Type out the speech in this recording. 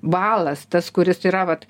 balas tas kuris yra vat